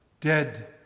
dead